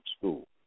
school